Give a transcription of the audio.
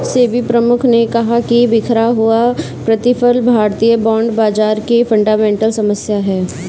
सेबी प्रमुख ने कहा कि बिखरा हुआ प्रतिफल भारतीय बॉन्ड बाजार की फंडामेंटल समस्या है